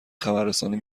خبررسانی